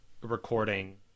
recording